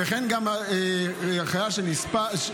וכן גם הוריו של חייל שנספה.